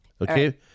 Okay